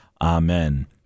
Amen